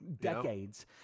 decades